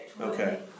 Okay